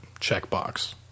checkbox